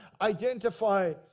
identify